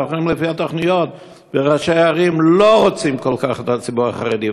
אנחנו רואים לפי התוכניות שראשי הערים לא רוצים כל כך את הציבור החרדי,